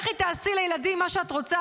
לכי תעשי לילדים מה שאת רוצה,